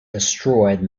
destroyed